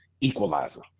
equalizer